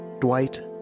Dwight